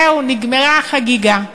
זהו, נגמרה החגיגה.